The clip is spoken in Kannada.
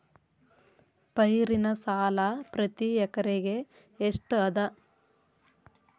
ಪೈರಿನ ಸಾಲಾ ಪ್ರತಿ ಎಕರೆಗೆ ಎಷ್ಟ ಅದ?